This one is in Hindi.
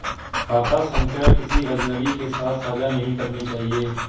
खाता संख्या किसी अजनबी के साथ साझा नहीं करनी चाहिए